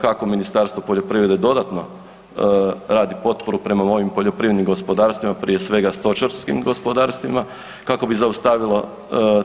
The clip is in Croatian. Kako Ministarstvo poljoprivrede dodatno radi potporu prema ovim poljoprivrednim gospodarstvima, prije svega stočarskim gospodarstvima, kako bi zaustavilo